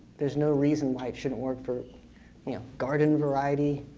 there's no reason why it shouldn't work for you know garden variety,